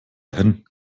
hin